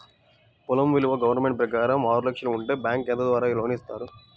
పొలం విలువ గవర్నమెంట్ ప్రకారం ఆరు లక్షలు ఉంటే బ్యాంకు ద్వారా ఎంత లోన్ ఇస్తారు?